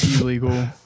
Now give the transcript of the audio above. illegal